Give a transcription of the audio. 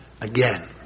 again